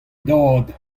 dad